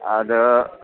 ಅದು